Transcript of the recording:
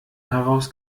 heraus